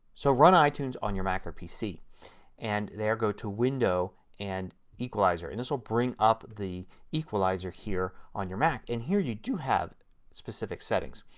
so run ah itunes on your mac or pc and there go to window and equalizer. and this will bring up the equalizer here on your mac. and here you do have specific settings.